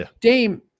Dame